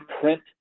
print